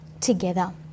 together